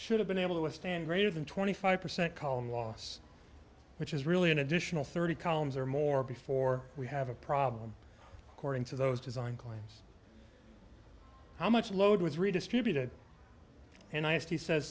should have been able to withstand greater than twenty five percent column loss which is really an additional thirty columns or more before we have a problem according to those design plans how much load was redistributed and i asked he says